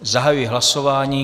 Zahajuji hlasování.